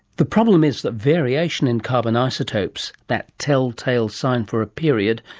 the problem is that variation in carbon isotopes, that tell-tale sign for a period,